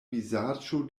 vizaĝo